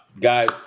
Guys